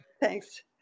thanks